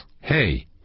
hey